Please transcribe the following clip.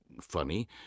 funny